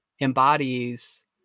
Embodies